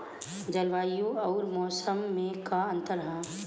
जलवायु अउर मौसम में का अंतर ह?